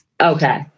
Okay